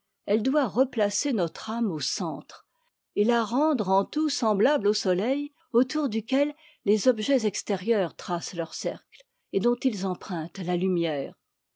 elle doit replacer notre âme au centre et la rendre en tout semblable au soteit autour duquel les objets extérieurs tracent leur cercle et dont ils empruntent la lumière